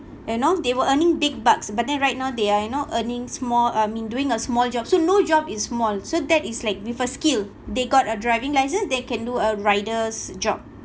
you know they were earning big bucks but then right now they are you know earning small I mean doing a small jobs so no job is small so that is like with a skill they got a driving licence they can do a rider's job